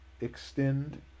extend